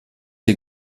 der